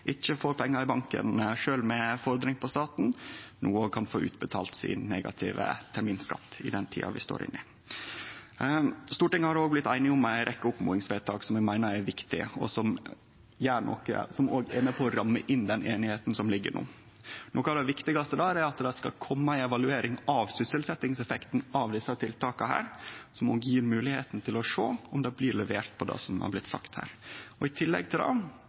kan få utbetalt sin negative terminskatt i den tida vi står inne i. Stortinget har òg blitt einige om ei rekkje oppmodingsvedtak som eg meiner er viktige, og som er med på å ramme inn den einigheita som ligg. Noko av det viktigaste der er at det skal kome ei evaluering av sysselsetjingseffekten av desse tiltaka, som òg gjev moglegheit til å sjå om det blir levert på det som har blitt sagt her. I tillegg til det